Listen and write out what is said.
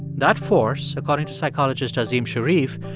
that force, according to psychologist azim shariff,